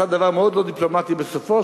עשה דבר מאוד לא דיפלומטי בסופו,